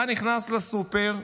אתה נכנס לסופר,